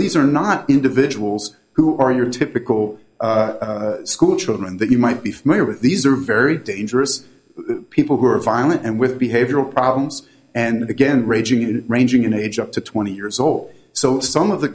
these are not individuals who are your typical school children that you might be familiar with these are very dangerous people who are violent and with behavioral problems and again raging you ranging in age up to twenty years old so some of the